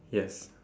yes